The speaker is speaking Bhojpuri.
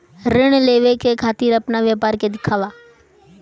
ऋण लेवे के खातिर अपना व्यापार के दिखावा?